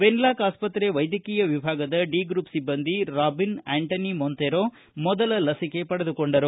Wenlock ಆಸ್ಪತ್ರೆ ವೈದ್ತಕೀಯ ವಿಭಾಗದ ಡಿ ಗ್ರೂಪ್ ಸಿಬ್ಬಂದಿ ರಾಬಿನ್ ಆಂಟನಿ ಮೊಂತೆರೊ ಮೊದಲ ಲಸಿಕೆ ಪಡೆದುಕೊಂಡರು